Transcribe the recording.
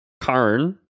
Karn